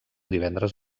divendres